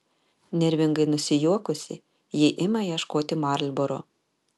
nervingai nusijuokusi ji ima ieškoti marlboro